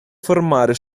formare